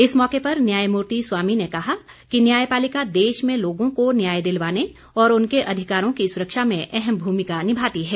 इस मौके पर न्यायमूर्ति स्वामी ने कहा कि न्यायपालिका देश में लोगों को न्याय दिलवाने और उनके अधिकारों की सुरक्षा में अहम भूमिका निभाती है